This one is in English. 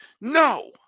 No